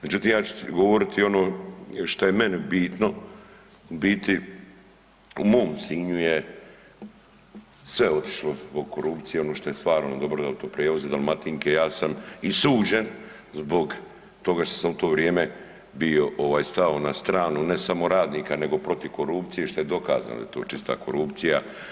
Međutim ja ću govoriti ono šta je meni bitno, u biti u mom Sinju je sve otišlo zbog korupcije ono što je stvarno dobro Autoprijevoz i Dalmatike, ja sam i suđen zbog toga što sam u to vrijeme bio ovaj stao na stranu ne samo radnika nego protiv korupcije što je dokazano da je to čista korupcija.